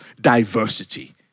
diversity